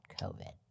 COVID